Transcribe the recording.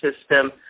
system